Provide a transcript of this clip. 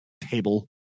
table